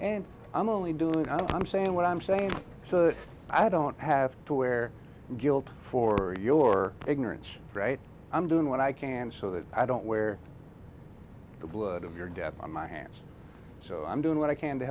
and i'm only doing i'm saying what i'm saying so i don't have to wear guilt for your ignorance i'm doing what i can so that i don't wear the blood of your depth on my hands so i'm doing what i can to